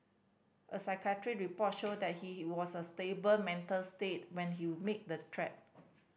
a psychiatric report showed that he he was a stable mental state when he made the threat